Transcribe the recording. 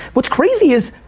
what's crazy is,